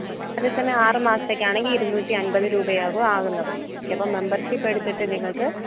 അതേ സമയം ആറ് മാസത്തേക്കാണെങ്കിൽ ഇരുന്നൂറ്റി അൻപത് രൂപയാകും ആകുന്നത് ഓക്കെ അപ്പം മെമ്പർഷിപ്പ് എടുത്തിട്ട് നിങ്ങൾക്ക്